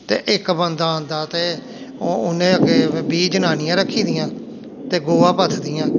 ते इक बंदा आंदा ते उ'नें अग्गें बीह् जन्नियां रक्खी दियां ते गोआ पत्थदियां